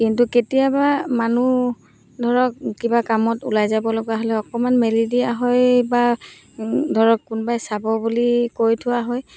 কিন্তু কেতিয়াবা মানুহ ধৰক কিবা কামত ওলাই যাব লগা হ'লে অকণমান মেলি দিয়া হয় বা ধৰক কোনোবাই চাব বুলি কৈ থোৱা হয়